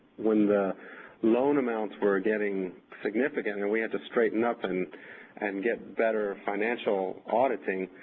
when the loan amounts were getting significant and we had to straighten up and and get better financial auditing,